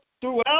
throughout